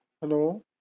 hello